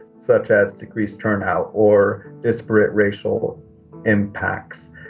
such as decreased turnout or disparate racial impacts.